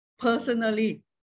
Personally